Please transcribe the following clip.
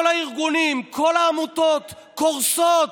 כל הארגונים, כל העמותות קורסות.